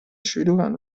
شلوغن